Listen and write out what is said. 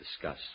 discuss